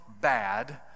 bad